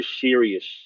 serious